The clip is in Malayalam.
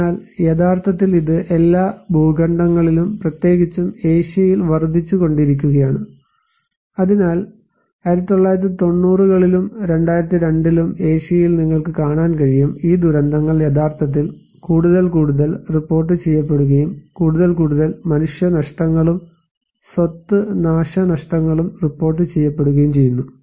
അതിനാൽ യഥാർത്ഥത്തിൽ ഇത് എല്ലാ ഭൂഖണ്ഡങ്ങളിലും പ്രത്യേകിച്ചും ഏഷ്യയിൽ വർദ്ധിച്ചുകൊണ്ടിരിക്കുകയാണ് അതിനാൽ 1990 കളിലും 2002 ലും ഏഷ്യയിൽ നിങ്ങൾക്ക് കാണാൻ കഴിയും ഈ ദുരന്തങ്ങൾ യഥാർത്ഥത്തിൽ കൂടുതൽ കൂടുതൽ റിപ്പോർട്ട് ചെയ്യപ്പെടുകയും കൂടുതൽ കൂടുതൽ മനുഷ്യനഷ്ടങ്ങളും സ്വത്ത് നാശനഷ്ടങ്ങളും റിപ്പോർട്ട് ചെയ്യപ്പെടുകയും ചെയ്യുന്നു